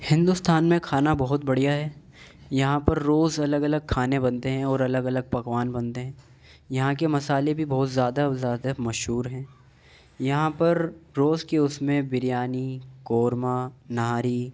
ہندوستان میں کھانا بہت بڑھیا ہے یہاں پر روز الگ الگ کھانے بنتے ہیں اور الگ الگ پکوان بنتے ہیں یہاں کے مصالحے بھی بہت زیادہ اور زیادہ مشہور ہیں یہاں پر روز کے اس میں بریانی قورمہ نہاری